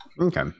Okay